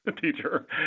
teacher